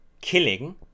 killing